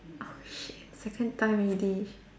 oh shit second time already